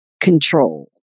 control